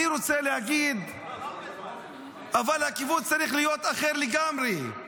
אני רוצה להגיד: אבל הכיוון צריך להיות אחר לגמרי,